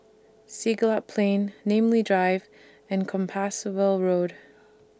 Siglap Plain Namly Drive and Compassvale Road